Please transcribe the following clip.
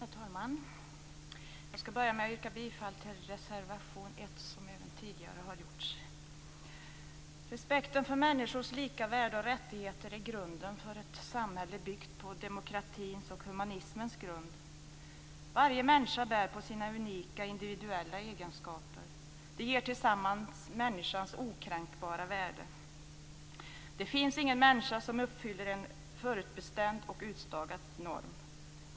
Herr talman! Jag skall börja med att yrka bifall till reservation 1, som har gjorts även tidigare. Respekten för människors lika värde och rättigheter är grunden för ett samhälle byggt på demokratins och humanismens grund. Varje människa bär på sina unika, individuella egenskaper. De ger tillsammans människans okränkbara värde. Det finns ingen människa som uppfyller en förutbestämd och utstakad norm.